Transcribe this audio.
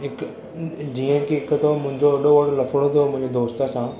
हिकु जीअं की हिकु त मुंहिंजो वॾो लफड़ो थियो हो मुंहिंजे दोस्त सां